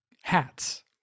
hats